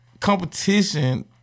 competition